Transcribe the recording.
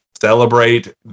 celebrate